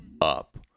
up